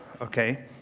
okay